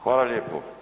Hvala lijepo.